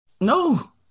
No